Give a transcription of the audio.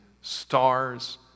stars